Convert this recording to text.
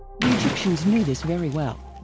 the egyptians knew this very well.